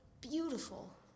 beautiful